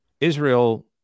Israel